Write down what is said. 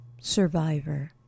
survivor